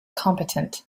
competent